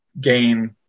gain